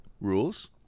rules